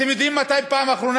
אתם יודעים מתי בפעם האחרונה,